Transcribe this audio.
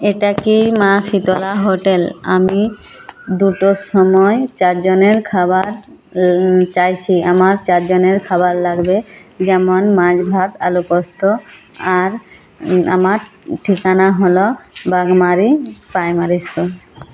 এটা কি মা শীতলা হোটেল আমি দুটোর সময় চারজনের খাবার চাইছি আমার চারজনের খাবার লাগবে যেমন মাছ ভাত আলু পোস্ত আর আমার ঠিকানা হল বাগমারী প্রাইমারি স্কুল